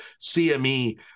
CME